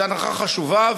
זאת הנחה חשובה,